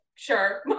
sure